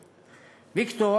ויקטור".